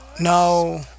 No